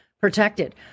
protected